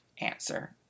answer